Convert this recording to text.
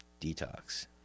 detox